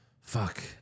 Fuck